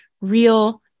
real